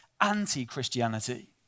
anti-Christianity